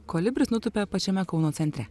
kolibris nutūpė pačiame kauno centre